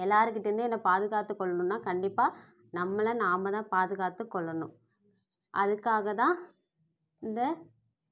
எல்லாேர் கிட்டேயிருந்தும் என்னை பாதுகாத்து கொள்ளணுன்னா கண்டிப்பாக நம்மளை நாம்தான் பாதுகாத்து கொள்ளணும் அதுக்காகதான் இந்த